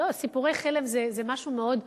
לא, סיפורי חלם זה משהו מאוד פשרני.